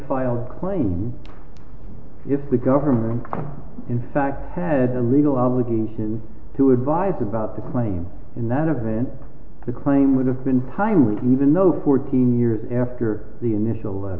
filed claim if the government in fact had a legal obligation to advise about the claim in that event the claim would have been highly even though fourteen years after the initial